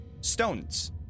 stones